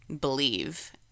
believe